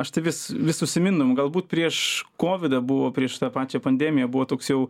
aš tai vis vis užsimindavau galbūt prieš kovidą buvo prieš tą pačią pandemiją buvo toks jau